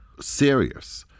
serious